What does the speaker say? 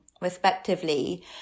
respectively